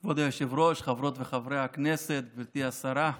היושב-ראש, חברות וחברי הכנסת, גברתי השרה,